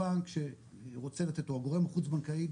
הבנק שרוצה לתת או הגורם החוץ בנקאי,